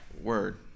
word